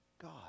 God